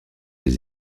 des